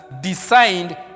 designed